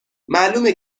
معلومه